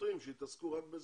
שוטרים שיתעסקו רק בזה.